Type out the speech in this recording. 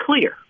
clear